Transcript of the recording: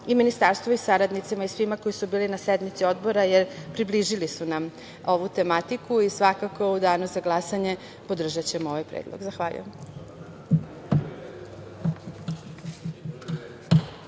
i ministarstvu i saradnicima i svima koji su bili na sednici Odbora, jer približili su nam ovu tematiku. Svakako, u danu za glasanje podržaćemo ovaj Predlog zakona. Zahvaljujem.